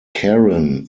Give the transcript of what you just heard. caron